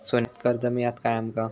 सोन्याक कर्ज मिळात काय आमका?